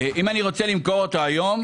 אם אני רוצה למכור אותו היום,